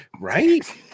Right